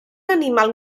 animal